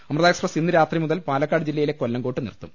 അമൃത് express ഇന്ന് രാത്രി മുതൽ പാലക്കാട് ജില്ലയിലെ കൊല്ലങ്കോട്ട് നിർത്തും